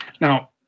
now